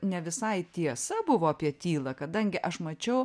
ne visai tiesa buvo apie tylą kadangi aš mačiau